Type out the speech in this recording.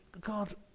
God